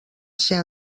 ser